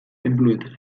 tenpluetara